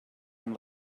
amb